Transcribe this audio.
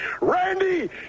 Randy